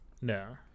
No